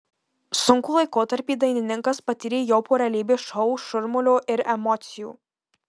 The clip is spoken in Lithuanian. sunkų laikotarpį dainininkas patyrė jau po realybės šou šurmulio ir emocijų